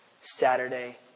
Saturday